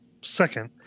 second